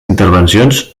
intervencions